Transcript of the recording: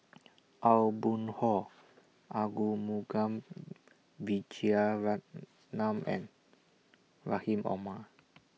Aw Boon Haw Arumugam Vijiaratnam and Rahim Omar